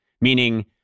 Meaning